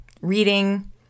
reading